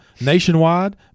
Nationwide